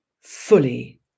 fully